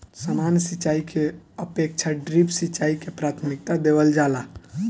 सामान्य सिंचाई के अपेक्षा ड्रिप सिंचाई के प्राथमिकता देवल जाला